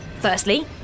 Firstly